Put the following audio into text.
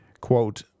quote